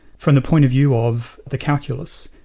from the point of view of the calculus,